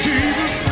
Jesus